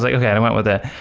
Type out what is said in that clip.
like okay. i went with ah